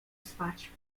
spać